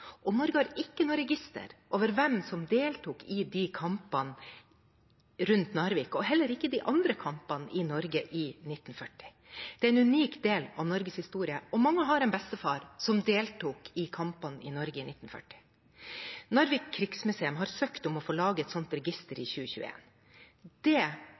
Norge har ikke noe register over hvem som deltok i kampene rundt Narvik, og heller ikke de andre kampene i Norge i 1940. Det er en unik del av Norges historie, og mange har en bestefar som deltok i kampene i Norge i 1940. Narvik Krigsmuseum har søkt om å få lage et sånt register i 2021. Det